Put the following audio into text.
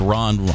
Ron